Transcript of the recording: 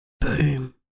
Boom